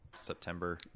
September